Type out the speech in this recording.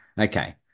Okay